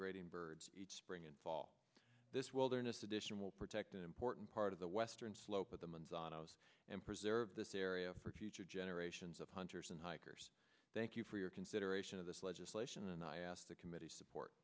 migrating birds each spring and fall this wilderness addition will protect an important part of the western slope of the man's autos and preserve this area for future generations hunters and hikers thank you for your consideration of this legislation and i asked the committee support